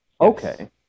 okay